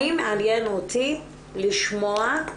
מעניין אותי לשמוע יותר